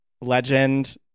legend